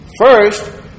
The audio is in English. First